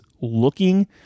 looking